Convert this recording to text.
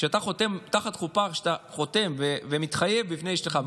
כשאתה חותם תחת חופה וכשאתה חותם ומתחייב בפני אשתך,